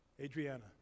Adriana